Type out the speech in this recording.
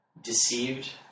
deceived